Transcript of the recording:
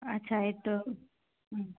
আচ্ছা এইটো